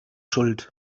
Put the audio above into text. schuld